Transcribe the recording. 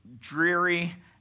dreary